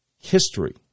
history